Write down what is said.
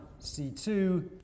C2